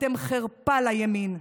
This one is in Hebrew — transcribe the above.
אתם חרפה לימין,